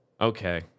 Okay